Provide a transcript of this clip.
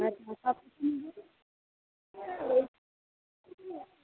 আচ্ছা কতক্ষণ হবে হ্যাঁ ওই তো ঠিকই আছে